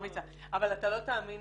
לא תאמין,